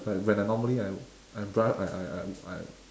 right when I normally I I bru~ I I I I